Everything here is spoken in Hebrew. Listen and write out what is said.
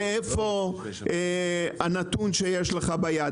מאיפה הנתון שיש לך ביד.